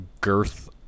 girth